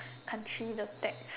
country the tax